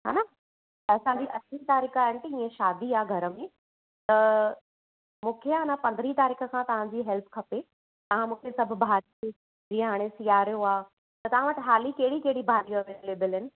हा न असांजी अठीं तारीख़ आहे आंटी इहा शादी आहे घर में त मूंखे आहे न पंद्रही तारीख़ खां तव्हांजी हेल्प खपे तव्हां मूंखे सभु भाॼियूं जीअं हाणे सियारो आहे त तव्हां वटि हाली कहिड़ी कहिड़ी भाॼी अवेलेबल आहिनि